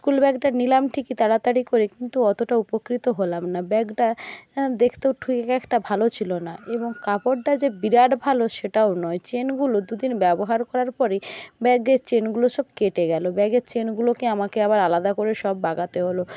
school ব্যাগটা নিলাম ঠিকই তাড়াতাড়ি করে কিন্তু অতটা উপকৃত হলাম না ব্যাগটা দেখেতেও ঠিক একটা ভালো ছিল না এবং কাপড়টা যে বিরাট ভালো সেটাও নয় চেনগুলো দুদিন ব্যবহার করার পরে ব্যাগের চেনগুলো সব কেটে গেল ব্যাগের চেনগুলোকে আমাকে আবার আলাদা করে সব লাগাতে হল